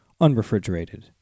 unrefrigerated